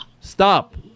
Stop